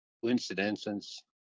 coincidences